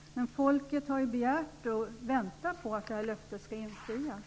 Herr talman! Men folket har begärt detta och väntar på att löftet skall infrias.